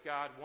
God